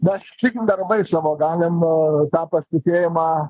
mes tik darbais savo galim tą pasitikėjimą